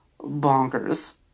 bonkers